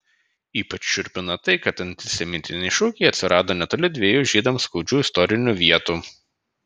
ypač šiurpina tai kad antisemitiniai šūkiai atsirado netoli dviejų žydams skaudžių istorinių vietų